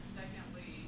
secondly